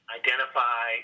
identify